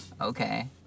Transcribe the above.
Okay